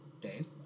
Dave